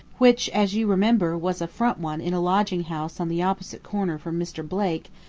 which as you remember was a front one in a lodging-house on the opposite corner from mr. blake,